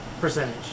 percentage